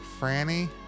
Franny